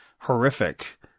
horrific